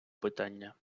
питання